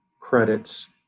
credits